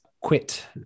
quit